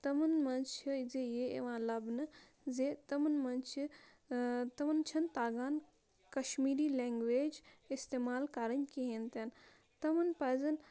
تِمَن منٛز چھِ زِ یہِ یِوان لَبنہٕ زِ تِمَن منٛز چھِ تِمَن چھَنہٕ تَگان کَشمیٖری لینٛگویج اِستعمال کَرٕنۍ کِہیٖنۍ تہِ نہٕ تِمَن پَزَن